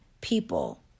people